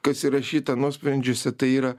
kas įrašyta nuosprendžiuose tai yra